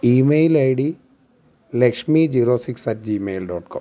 email I D Lakshmi zero six at Gmail dot com